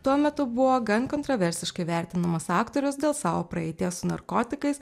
tuo metu buvo gan kontroversiškai vertinamas aktorius dėl savo praeities su narkotikais